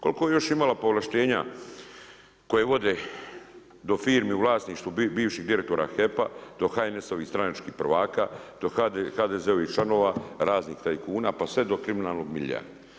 Koliko je još imala povlaštenija koja vode do firme u vlasništvu bivših direktora HEP-a, do HNS-ovih stranačkih prvaka, do HDZ-ovih članova, raznih tajkuna, pa sve do kriminalnog milja.